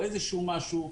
או איזשהו משהו,